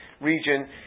region